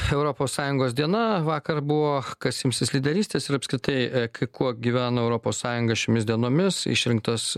europos sąjungos diena vakar buvo kas imsis lyderystės ir apskritai kai kuo gyvena europos sąjunga šiomis dienomis išrinktas